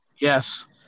Yes